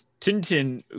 Tintin